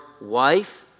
wife